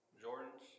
Jordan's